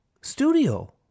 studio